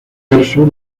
verso